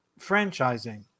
franchising